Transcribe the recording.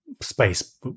Space